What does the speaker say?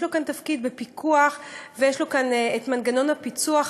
יש לו כאן תפקיד בפיקוח ויש לו כאן את מנגנון הפיצו"ח,